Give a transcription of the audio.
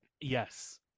Yes